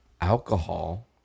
Alcohol